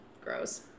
Gross